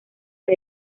del